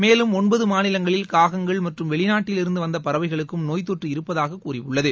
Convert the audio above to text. மேலும் ஒன்பது மாநிலங்களில் காகங்கள் மற்றம் வெளிநாட்டில் இருந்து வந்த பறவைகளுக்கும் நோய் தொற்று இருப்பதாக கூறியுள்ளது